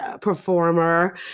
performer